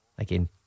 Again